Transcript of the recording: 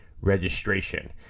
registration